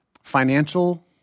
financial